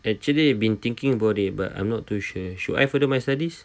actually I've been thinking about it but I'm not too sure should I further my studies